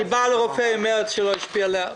היא באה לרופא ואומרת שזה לא השפיע עליה.